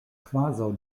kvazaŭ